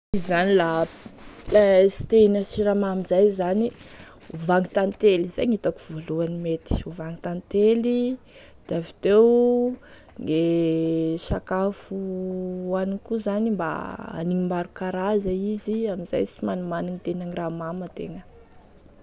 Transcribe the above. Izy zany la sy te hihina siramamy zay zany da ovako tantely zay e hitako voalohany mety, ovaigny tantely da avy teo gne sakafo hoanigny koa zany mba aniny maro karaza izy, amin'izay sy manimanigny te hihina raha mamy ategna.